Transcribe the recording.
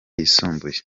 yisumbuye